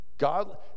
God